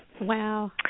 Wow